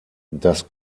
das